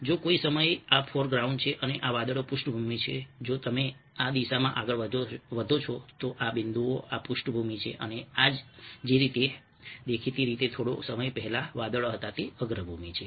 જો કોઈ સમયે આ ફોરગ્રાઉન્ડ છે અને આ વાદળો પૃષ્ઠભૂમિ છે જો તમે આ દિશામાં આગળ વધો છો તો આ બિંદુએ આ પૃષ્ઠભૂમિ છે અને આ જે દેખીતી રીતે થોડા સમય પહેલા વાદળો હતા તે અગ્રભૂમિ છે